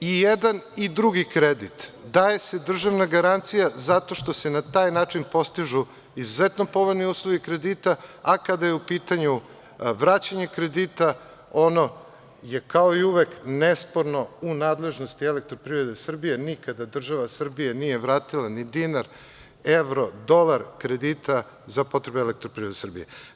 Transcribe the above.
I jedan i drugi kredit, daje se državna garancija zato što se na taj način postižu izuzetno povoljni uslovi kredita, a kada je u pitanju vraćanje kredita ono je kao i uvek nesporno u nadležnosti Elektroprivrede Srbije, nikada država Srbija nije vratila ni dinar, evro, dolar kredita za potrebe Elektroprivrede Srbije.